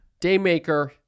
Daymaker